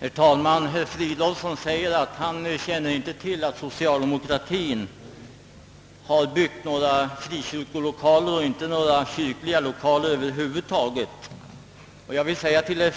Herr talman! Herr Fridolfsson säger att han inte känner till att socialdemokratien har byggt några frikyrkliga 1okaler och inte några kyrkliga lokaler över huvud taget. Det torde